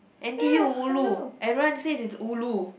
n_t_u ulu everyone says it's ulu